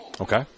Okay